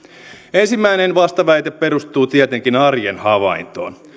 ensimmäinen vastaväite perustuu tietenkin arjen havaintoon